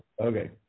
Okay